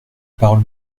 parole